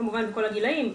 כמובן בכל הגילאים,